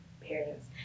parents